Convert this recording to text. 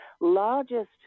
largest